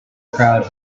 crowd